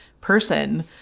person